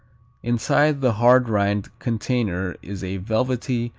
inside the hard-rind container is a velvety,